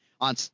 on